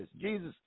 Jesus